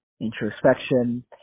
introspection